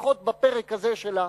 לפחות בפרק הזה שלה,